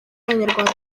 y’abanyarwanda